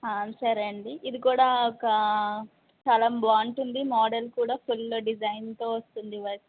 సరే అండి ఇది కూడా ఒక చాలా బాగుంటుంది మోడల్ కూడా ఫుల్ డిజైన్తో వస్తుంది వర్క్